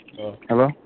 Hello